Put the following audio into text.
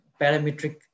parametric